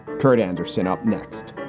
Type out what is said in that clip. kurt andersen up next.